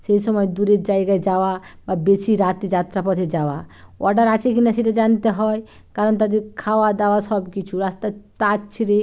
সেই সময় দূরের জায়গায় যাওয়া বা বেশি রাতে যাত্রা পথে যাওয়া অডার আছে কি না সেটা জানতে হয় কারণ তাদের খাওয়া দাওয়া সব কিছু রাস্তার তার ছিঁড়ে